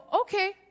okay